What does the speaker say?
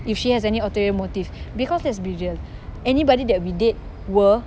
if she has any ulterior motive because let's be real anybody that we date were